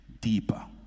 deeper